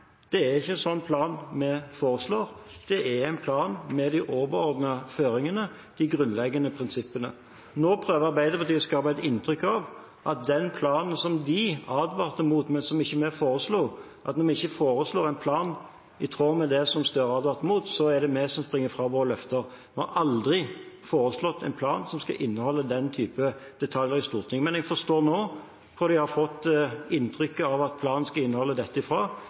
det er ikke en sånn plan vi foreslår, det er en plan med de overordnede føringene og de grunnleggende prinsippene. Nå prøver Arbeiderpartiet å skape et inntrykk av at når det gjelder den planen som de advarte mot, men som vi ikke forslo – når vi ikke foreslår en plan i tråd med det som Gahr Støre hadde vært mot – er det vi som springer fra våre løfter. Vi har aldri foreslått en plan som skal inneholde den typen detaljer i Stortinget. Men jeg forstår det nå, for jeg har fått inntrykk av at planen skal inneholde dette,